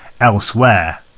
elsewhere